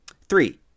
Three